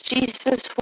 Jesus